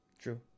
True